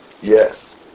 yes